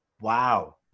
Wow